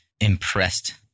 impressed